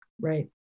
Right